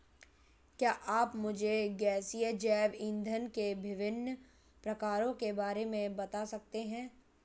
क्या आप मुझे गैसीय जैव इंधन के विभिन्न प्रकारों के बारे में बता सकते हैं?